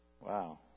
Wow